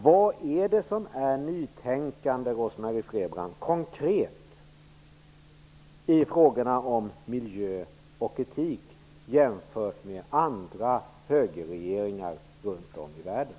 Vad är det som konkret är nytänkande, Rose-Marie Frebran, i frågorna om miljö och etik jämfört med andra högerregeringar runt om i världen?